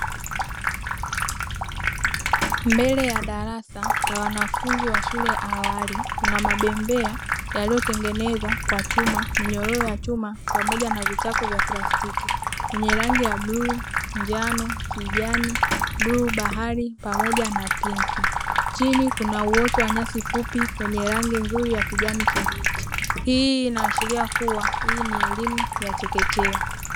Mbele ya darasa la wanafunzi wa shule ya awali kuna mabembea yaliyotengenezwa kwa chuma minyororo ya chuma pamoja na vitako vya plastiki yenye rangi ya blue, njano, kijani, bluu bahari pamoja na pinki chini kuna uoto wa nyasi fupi wenye rangi nzuri ya kijani kibichi, hii inaashiria kuwa hii ni elimu ya chekechea.